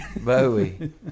Bowie